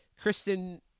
Kristen